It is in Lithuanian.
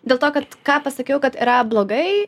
dėl to kad ką pasakiau kad yra blogai